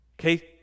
Okay